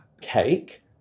cake